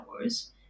hours